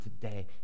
today